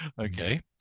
okay